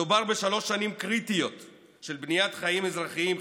מדובר בשלוש שנים קריטיות של בניית חיים אזרחיים,